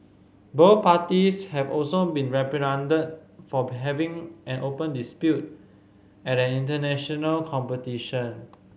both parties have also been reprimanded for having an open dispute at an international competition